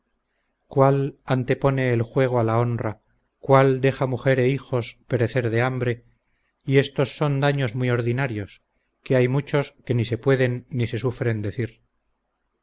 cuál antepone el juego a la honra cuál deja mujer e hijos perecer de hambre y estos son daños muy ordinarios que hay muchos que ni se pueden ni se sufren decir